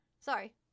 Sorry